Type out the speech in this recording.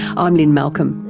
um lynne malcolm.